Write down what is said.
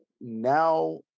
now